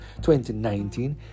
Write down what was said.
2019